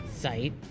site